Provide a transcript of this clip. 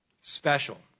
Special